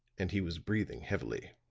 and he was breathing heavily.